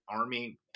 Army